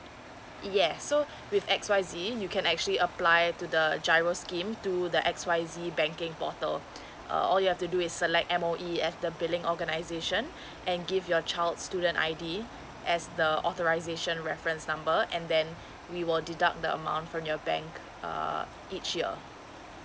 yes so with X Y Z you can actually apply to the giro scheme through the X Y Z banking portal uh all you have to do is select M_O_E at the billing organisation and give your child student I D as the authorization reference number and then we will deduct the amount from your bank uh each year